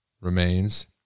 remains